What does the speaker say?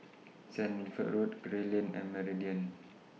Saint Wilfred Road Gray Lane and Meridian